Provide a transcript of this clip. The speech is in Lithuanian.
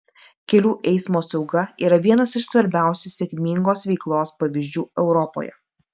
kelių eismo sauga yra vienas iš svarbiausių sėkmingos veiklos pavyzdžių europoje